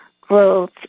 growth